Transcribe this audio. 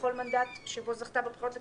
לכל מנדט שבו זכתה בבחירות לכנסת,